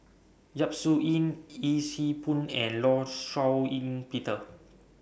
Yap Su Yin Yee Siew Pun and law Shau Ying Peter